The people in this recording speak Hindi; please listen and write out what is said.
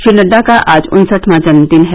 श्री नड्डा का आज उनसठवां जन्मदिन है